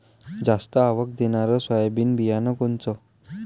जास्त आवक देणनरं सोयाबीन बियानं कोनचं?